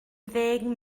ddeng